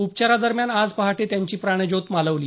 उपचारादरम्यान आज पहाटे त्यांची प्राणज्योत मालवली